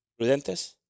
prudentes